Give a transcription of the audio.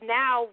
now